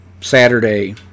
Saturday